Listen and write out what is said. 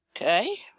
Okay